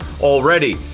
already